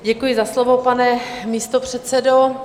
Děkuji za slovo, pane místopředsedo.